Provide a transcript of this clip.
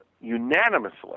unanimously